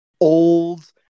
old